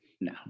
No